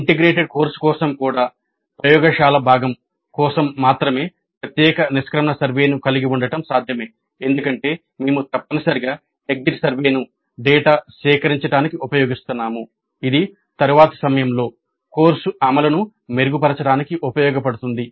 integrated course కోసం కూడా ప్రయోగశాల భాగం కోసం మాత్రమే ప్రత్యేక నిష్క్రమణ సర్వేను కలిగి ఉండటం సాధ్యమే ఎందుకంటే మేము తప్పనిసరిగా ఎగ్జిట్ సర్వేను డేటా సేకరించడానికి ఉపయోగిస్తున్నాము ఇది తరువాతి సమయంలో కోర్సు అమలును మెరుగుపరచడానికి ఉపయోగపడుతుంది